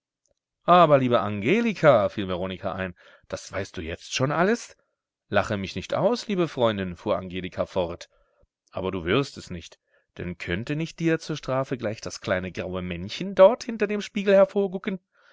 aber liebe angelika fiel veronika ein das weißt du jetzt schon alles lache mich nicht aus liebe freundin fuhr angelika fort aber du wirst es nicht denn könnte nicht dir zur strafe gleich das kleine graue männchen dort hinter dem spiegel